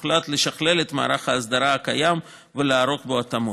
הוחלט לשכלל את מערך ההסדרה הקיים ולערוך בו התאמות.